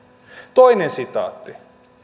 toinen sitaatti